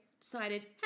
decided